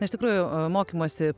na iš tikrųjų mokymosi